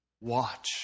Watch